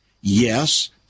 Yes